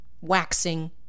waxing